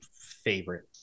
favorite